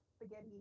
spaghetti